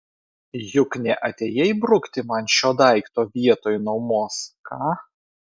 juk neatėjai brukti man šio daikto vietoj nuomos ką